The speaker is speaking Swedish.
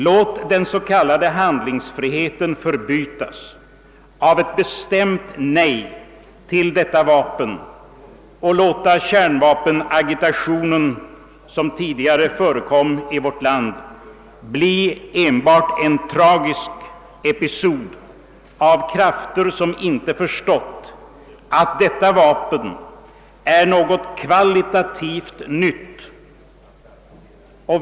Låt den s.k. handlingsfriheten förbytas i ett bestämt nej till detta vapen, och låt den period med kärnvapenagitation, som tidigare förekom, bli enbart en tragisk episod, präglad av krafter som inte förstått att detta vapen är något kvalitativt nytt!